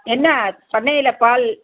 என்ன பண்ணையில் பால்